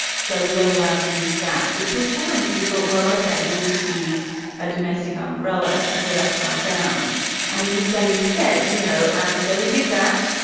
so we weren't allowed to use that, which was fine. so we thought, well, okay, we'll just use a domestic ah umbrella, turn it upside down and use that instead. you know and so we did that,